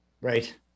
Right